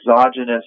exogenous